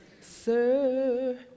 Sir